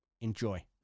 enjoy